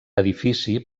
edifici